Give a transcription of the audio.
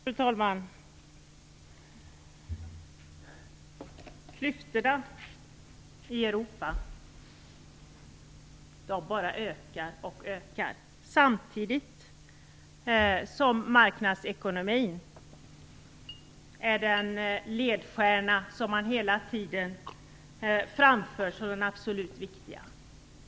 Fru talman! Klyftorna i Europa bara ökar och ökar. Samtidigt är marknadsekonomin den ledstjärna som man hela tiden för fram som det absolut mest viktiga.